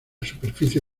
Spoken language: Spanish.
superficie